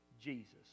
Jesus